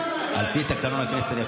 שתגידו לי מתי וכמה אני יכול לדבר.